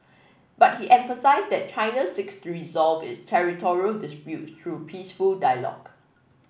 but he emphasised that China seeks to resolve its territorial disputes through peaceful dialogue